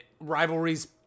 rivalries